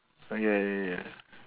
ah ya ya ya